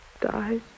dies